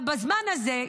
בזמן הזה,